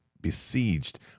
besieged